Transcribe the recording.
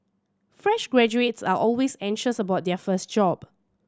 fresh graduates are always anxious about their first job